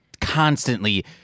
constantly